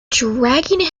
dragging